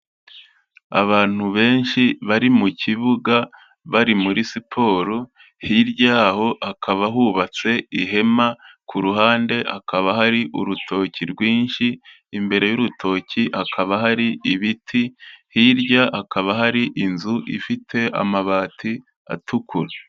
Abantu benshi bari mu kibuga bari muri siporo hirya yaho hakaba hubatse ihema, ku ruhande hakaba hari urutoki rwinshi, imbere y'urutoki hakaba hari ibiti, hirya hakaba hari inzu ifite amabati atukura.